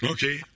Okay